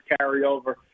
carryover